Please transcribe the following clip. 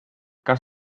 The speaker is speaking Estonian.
kas